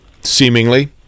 seemingly